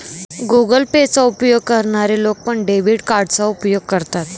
Google Pay चा उपयोग करणारे लोक पण, डेबिट कार्डचा उपयोग करतात